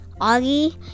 Augie